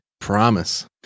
Promise